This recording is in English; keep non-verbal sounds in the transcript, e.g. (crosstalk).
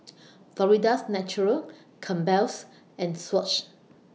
(noise) Florida's Natural Campbell's and Swatch